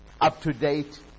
up-to-date